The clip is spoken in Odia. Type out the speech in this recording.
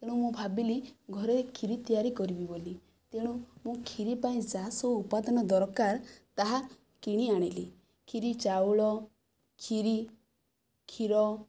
ତେଣୁ ମୁଁ ଭାବିଲି ଘରେ ଖିରୀ ତିଆରି କରିବି ବୋଲି ତେଣୁ ମୁଁ ଖିରୀ ପାଇଁ ଯାହା ସବୁ ଉପାଦାନ ଦରକାର ତାହା କିଣି ଆଣିଲି ଖିରୀ ଚାଉଳ ଖିରୀ କ୍ଷୀର